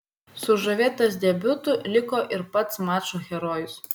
sužavėtas debiutu liko ir pats mačo herojus